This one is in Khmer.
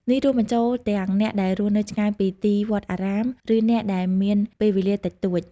នេះរួមបញ្ចូលទាំងអ្នកដែលរស់នៅឆ្ងាយពីទីវត្តអារាម ឬអ្នកដែលមានពេលវេលាតិចតួច។